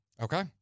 Okay